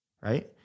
Right